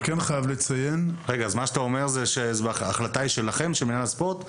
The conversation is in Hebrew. אתה אומר שההחלטה היא שלכם, של מינהל הספורט?